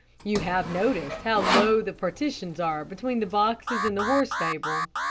you have noticed how low the partitions are between the boxes in the horse stable.